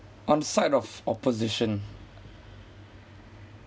on side of opposition